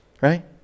Right